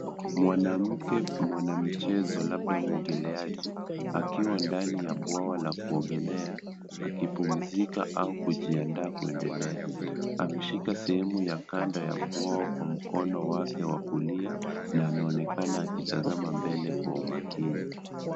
Mwanamke mwanamichezo labda mwogeleaji akiwa ndani ya bwawa la kuogelea akipumzika au kujiandaa kuendelea. Ameshika sehemu ya kando ya bwawa kwa mkono wake wa kulia na anaonekana akitazama mbele kwa umakini.